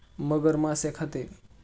मगर मासे खाते